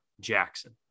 Jackson